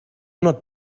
not